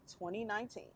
2019